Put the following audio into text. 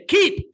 Keep